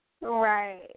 Right